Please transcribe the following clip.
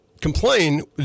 complain